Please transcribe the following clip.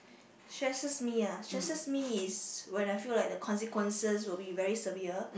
stresses me ah stresses me is when I feel like the consequences will be very severe